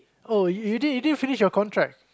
oh you didn't didn't finish your contract